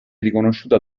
riconosciuta